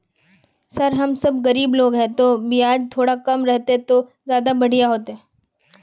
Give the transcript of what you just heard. sir हम सब गरीब लोग है तो बियाज थोड़ा कम रहते तो ज्यदा बढ़िया होते